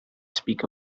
speak